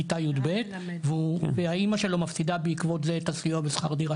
בכיתה יב' ואמא שלו מפסידה בעקבות זה את הסיוע בשכר דירה.